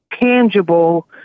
tangible